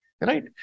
Right